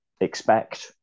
expect